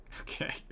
okay